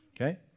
okay